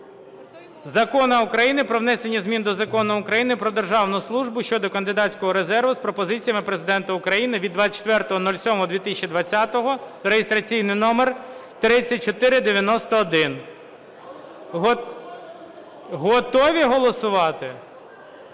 Закону України "Про внесення змін до Закону України "Про державну службу" щодо кандидатського резерву" з пропозиціями Президента України від 24.07.2020 (реєстраційний номер 3491). Готові голосувати?